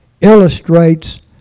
illustrates